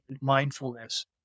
mindfulness